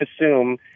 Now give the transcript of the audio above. assume